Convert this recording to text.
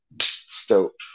stoked